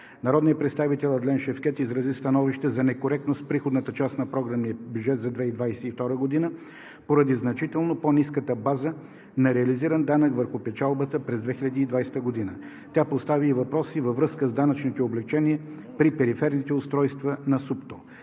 Народният представител Адлен Шевкед изрази становище за некоректност в приходната част на програмния бюджет за 2022 г. поради значително по-ниската база на реализиран данък върху печалбата през 2020 г. Тя постави и въпроси във връзка с данъчните облекчения при периферните устройства на СУПТО.